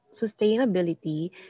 sustainability